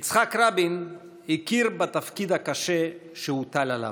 יצחק רבין הכיר בתפקיד הקשה שהוטל עליו.